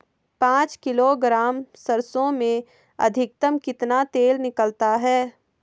पाँच किलोग्राम सरसों में अधिकतम कितना तेल निकलता है?